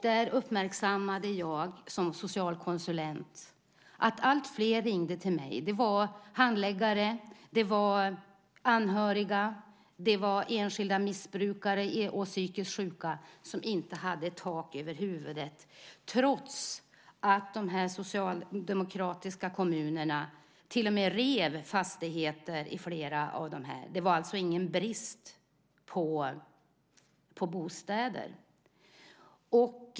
Där uppmärksammade jag som socialkonsulent att alltfler ringde till mig - handläggare och anhöriga - angående enskilda missbrukare och psykiskt sjuka som inte hade tak över huvudet, trots att flera av de socialdemokratiska kommunerna till och med rev fastigheter. Det var alltså ingen brist på bostäder.